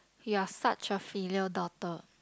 you're such a filial daughter